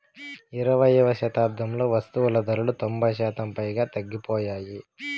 ఇరవైయవ శతాబ్దంలో వస్తువులు ధరలు తొంభై శాతం పైగా తగ్గిపోయాయి